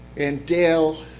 and dale,